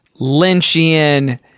Lynchian